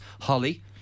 Holly